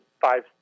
five